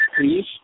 please